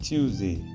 Tuesday